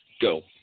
Go